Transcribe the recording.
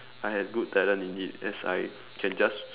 I have good talent in it as I can just